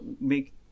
make